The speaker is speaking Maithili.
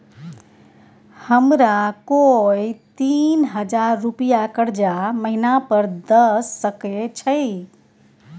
हमरा कोय तीन हजार रुपिया कर्जा महिना पर द सके छै?